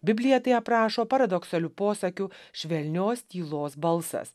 biblija tai aprašo paradoksaliu posakiu švelnios tylos balsas